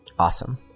Awesome